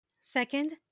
Second